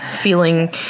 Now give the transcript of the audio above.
feeling